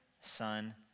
Son